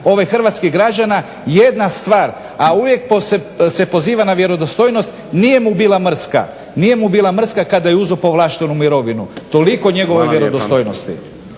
hrvatskih građana. Jedna stvar, a uvijek se poziva na vjerodostojnost. Nije mu bila mrska, nije mu bila mrska kada je uzeo povlaštenu mirovinu. Toliko o njegovoj vjerodostojnosti.